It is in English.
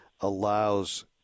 allows